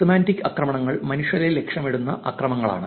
semantic ആക്രമണങ്ങൾ മനുഷ്യരെ ലക്ഷ്യമിടുന്ന ആക്രമണങ്ങളാണ്